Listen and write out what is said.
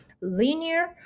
linear